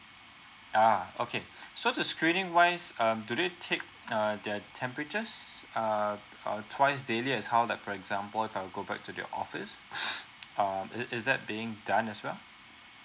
ah okay so the screening wise um do they take err the temperatures uh uh twice daily as how like for example if I were to go back to the office um is is that being done as well